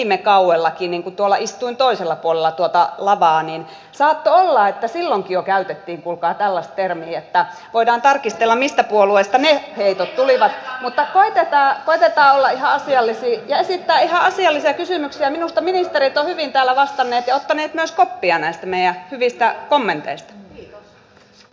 me talvellakin niin tuolla istuin toisella puolella tuota lavaa niin sanottu haittasi jo käytettiin kuulkaa tällaista termiätta voidaan tarkistella mistä puolueista ne heitot tulivat mutta koetetaan laiha asiallisin jäisi näitä asiallisen kysymyksen virittäneet ominta alaa vastanneet johtaneet naispappi äänestämme siitä on hyviä kokemuksia esimerkiksi saksassa